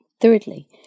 Thirdly